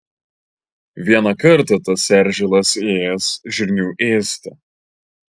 vieną kartą tas eržilas ėjęs žirnių ėsti